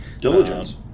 Diligence